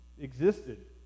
existed